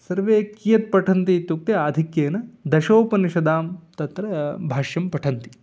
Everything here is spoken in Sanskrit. सर्वे कियत्पठन्ति इत्युक्ते आधिक्येन दशोपनिषदां तत्र भाष्यं पठन्ति